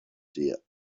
the